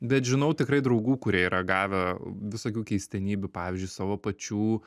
bet žinau tikrai draugų kurie yra gavę visokių keistenybių pavyzdžiui savo pačių